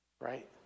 right